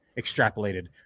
Extrapolated